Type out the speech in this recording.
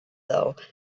though